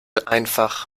einfach